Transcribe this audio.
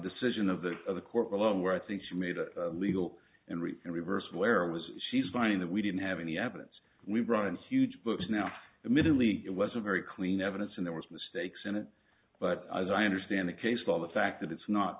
decision of the of the court below where i think she made it legal and in reverse where i was she's finding that we didn't have any evidence we brought in huge books now admittedly it was a very clean evidence and there was mistakes in it but as i understand the case law the fact that it's not